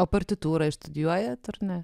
o partitūrą išstudijuojat ar ne